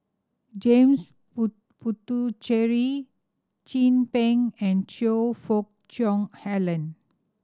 James Puthucheary Chin Peng and Choe Fook Cheong Alan